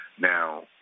Now